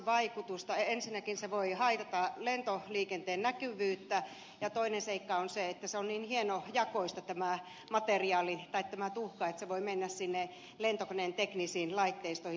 ensinnäkin se voi haitata lentoliikenteen näkyvyyttä ja toinen seikka on se että se oli hieno ja kun se on niin hienojakoista tämä tuhka että se voi mennä sinne lentokoneen teknisiin laitteistoihin